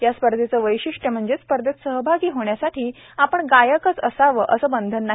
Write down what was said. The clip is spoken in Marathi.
या स्पर्धेचे वैशिष्ट्य म्हणजे स्पर्धेत सहभागी होण्यासाठी आपण गायकच असावे असे बंधन नाही